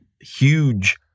huge